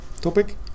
topic